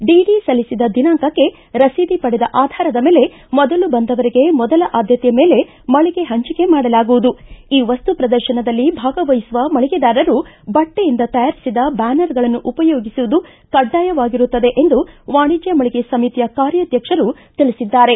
DD ಸಲ್ಲಿಸಿದ ದಿನಾಂಕಕ್ಕೆ ರಸೀದಿ ಪಡೆದ ಆಧಾರದ ಮೇಲೆ ಮೊದಲು ಬಂದವರಿಗೆ ಮೊದಲ ಆದ್ಯತೆಯ ಮೇಲೆ ಮಳಗೆ ಹಂಚಿಕೆ ಮಾಡಲಾಗುವುದು ಈ ಮಸ್ತು ಪ್ರದರ್ಶನದಲ್ಲಿ ಭಾಗವಹಿಸುವ ಮಳಿಗೆದಾರರು ಬಟ್ಟೆಯಿಂದ ತಯಾರಿಸಿದ ಬ್ಯಾನರ್ಗಳನ್ನು ಉಪಯೋಗಿಸುವುದು ಕಡ್ಡಾಯವಾಗಿರುತ್ತದೆ ಎಂದು ವಾಣಿಜ್ಯ ಮಳಿಗೆ ಸಮಿತಿಯ ಕಾರ್ಯಾಧ್ವಕ್ಷರು ತಿಳಿಸಿದ್ದಾರೆ